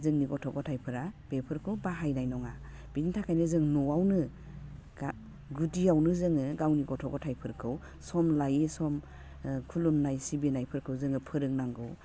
जोंनि गथ' गथायफोरा बेफोरखौ बाहायनाय नङा बिनि थाखायनो जों न'वावनो गुदियावनो जोङो गावनि गथ' गथाइफोरखौ सम लायै सम खुलुमनाय सिबिनायफोरखौ जोङो फोरोंनांगौ